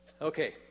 Okay